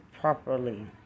properly